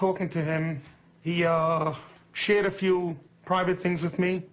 talking to him and he shared a few private things with me